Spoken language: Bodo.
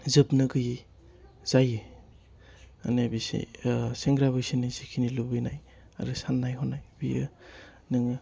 जोबनो गोयि जायो माने बिसोर सेंग्रा बैसोनि जेखिनि लुबैनाय आरो सान्नाय हनाय बियो नोङो